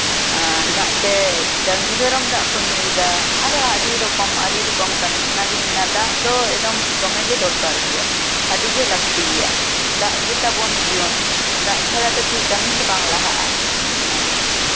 ᱫᱟᱜ ᱛᱮ ᱰᱟᱝᱨᱤ ᱢᱮᱨᱚᱢ ᱫᱟᱜ ᱠᱚ ᱧᱩᱭᱮᱫᱟ ᱟᱨ ᱟᱹᱰᱤ ᱨᱚᱠᱚᱢ ᱟᱹᱰᱤ ᱨᱚᱠᱚᱢ ᱠᱟᱹᱢᱤ ᱚᱱᱟ ᱜᱤᱧ ᱢᱮᱱᱟ ᱫᱟᱜ ᱫᱚ ᱮᱠᱫᱚᱢ ᱫᱚᱢᱮ ᱜᱮ ᱫᱚᱨᱠᱟᱨ ᱜᱮᱭᱟ ᱟᱹᱰᱤ ᱜᱮ ᱞᱟᱹᱠᱛᱤ ᱜᱮᱭᱟ ᱫᱟᱜ ᱜᱮ ᱛᱟᱵᱚᱱ ᱡᱤᱭᱚᱱ ᱫᱟᱜ ᱪᱷᱟᱲᱟ ᱫᱚ ᱪᱮᱫ ᱠᱟᱹᱢᱤ ᱦᱚᱸ ᱵᱟᱝ ᱞᱟᱦᱟᱜᱼᱟ ᱚᱱᱟ ᱜᱮ